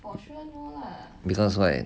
because why